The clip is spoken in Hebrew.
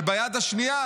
וביד השנייה